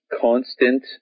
constant